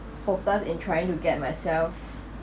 focus in trying to get myself